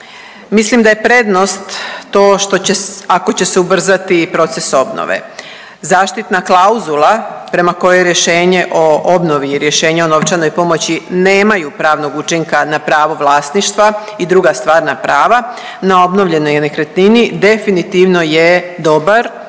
Mislim da je prednost to što će, ako će se ubrzati proces obnove. Zaštitna klauzula prema kojoj rješenje o obnovi i rješenje o novčanoj pomoći nemaju pravnog učinka na pravo vlasništva i druga stvarna prava na obnovljenoj nekretnini, definitivno je dobar